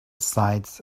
sides